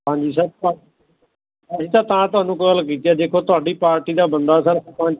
ਹਾਂਜੀ ਸਰ ਅਸੀਂ ਤਾਂ ਅਸੀਂ ਤਾਂ ਤੁਹਾਨੂੰ ਕੋਲ ਕੀਤੀ ਆ ਜੇ ਕੋਈ ਤੁਹਾਡੀ ਪਾਰਟੀ ਦਾ ਬੰਦਾ ਸਰ ਸਰਪੰਚ